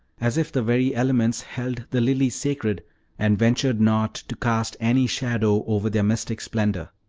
as if the very elements held the lilies sacred and ventured not to cast any shadow over their mystic splendor.